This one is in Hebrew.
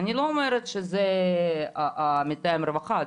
אני לא אומרת שזה מתאם הרווחה,